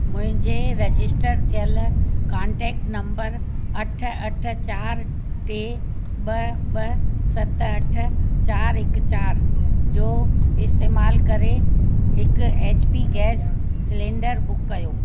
मुंहिंजे रजिस्टर थियलु contact number अठ अठ चारि टे ॿ ॿ सत अठ चारि हिकु चारि जो इस्तेमाल करे हिकु H P gas cylinder book कयो